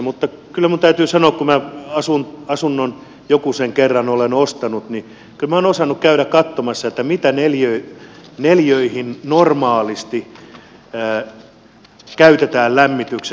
mutta kyllä minun täytyy sanoa kun minä asunnon jokusen kerran olen ostanut että kyllä minä olen osannut käydä katsomassa mitä neliöihin normaalisti käytetään lämmitykseen